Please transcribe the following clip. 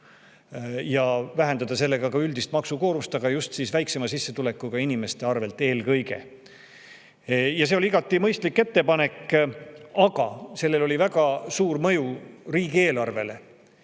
ja vähendada sellega ka üldist maksukoormust, aga just väiksema sissetulekuga inimestel eelkõige. See oli igati mõistlik ettepanek, aga sellel oli väga suur mõju riigieelarvele.